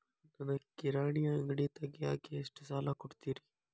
ನನಗ ಕಿರಾಣಿ ಅಂಗಡಿ ತಗಿಯಾಕ್ ಎಷ್ಟ ಸಾಲ ಕೊಡ್ತೇರಿ?